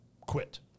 quit